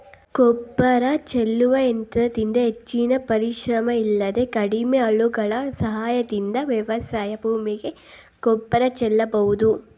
ಗೊಬ್ಬರ ಚೆಲ್ಲುವ ಯಂತ್ರದಿಂದ ಹೆಚ್ಚಿನ ಪರಿಶ್ರಮ ಇಲ್ಲದೆ ಕಡಿಮೆ ಆಳುಗಳ ಸಹಾಯದಿಂದ ವ್ಯವಸಾಯ ಭೂಮಿಗೆ ಗೊಬ್ಬರ ಚೆಲ್ಲಬೋದು